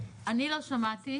אני לא שמעתי,